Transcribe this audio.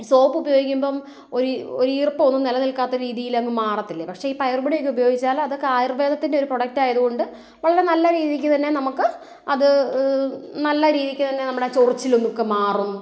soap ഉപയോഗിക്കുമ്പം ഒരു ഒരു ഈർപ്പം ഒന്ന് നിലനിൽക്കാത്ത രീതിയിലങ്ങ് മാറത്തില്ലേ പക്ഷേ ഈ പയറു പൊടിയൊക്കെ ഉപയോഗിച്ചാൽ അതൊക്കെ ആയൂർവേദത്തിൻ്റെ ഒരു പ്രോഡക്ട് ആയതുകൊണ്ട് വളരെ നല്ല രീതിക്ക് തന്നെ നമുക്ക് അത് നല്ല രീതിക്ക് തന്നെ നമ്മളെ ചൊറിച്ചിലും ഒക്കെ മാറും